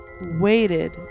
waited